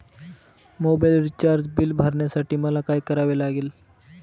Mobile recharge bill भरण्यासाठी मला काय करावे लागेल?